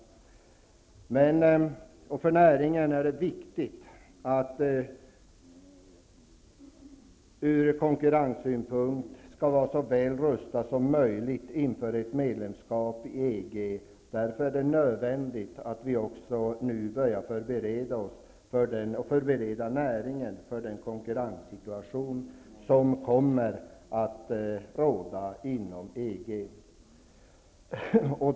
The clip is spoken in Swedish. För näringen är det viktigt att från konkurrenssynpunkt vara så väl rustad som möjligt inför ett medlemskap i EG. Därför är det nödvändigt att vi nu också börjar förbereda näringen för den konkurrenssituation som kommer att råda inom EG.